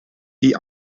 die